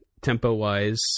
tempo-wise